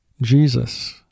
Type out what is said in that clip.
Jesus